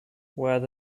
what